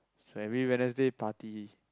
so every Wednesday party